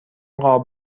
قاب